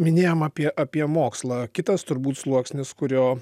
minėjom apie apie mokslą kitas turbūt sluoksnis kurio